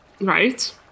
right